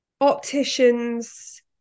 opticians